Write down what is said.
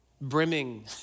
brimming